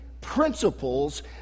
principles